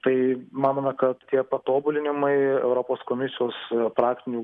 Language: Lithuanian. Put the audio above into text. tai manome kad tie patobulinimai europos komisijos praktinių